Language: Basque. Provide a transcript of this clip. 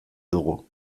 dugu